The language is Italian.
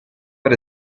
per